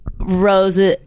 Rose